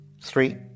Three